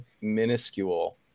minuscule